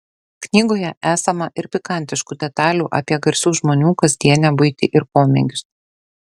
knygoje esama ir pikantiškų detalių apie garsių žmonių kasdienę buitį ir pomėgius